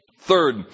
Third